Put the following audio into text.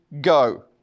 go